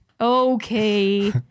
Okay